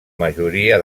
majoria